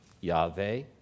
Yahweh